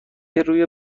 روی